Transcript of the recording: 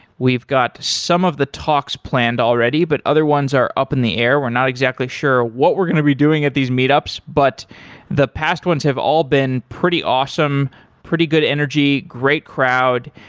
we've got some of the talks planned already, but other ones are up in the air. we're not exactly sure what we're going to be doing at these meetups, but the past ones have all been pretty awesome, pretty good energy, great crowd.